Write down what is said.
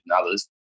others